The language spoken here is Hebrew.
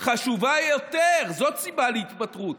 חשובה יותר, זאת סיבה להתפטרות.